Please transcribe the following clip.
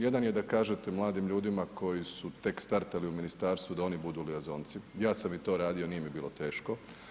Jedan je da kažete mladim ljudima koji su tek startali u ministarstvu da oni budu Lyon-zonci, a sam i to radio, nije mi bilo teško.